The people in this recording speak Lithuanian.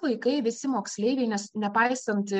vaikai visi moksleiviai nes nepaisant